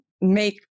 make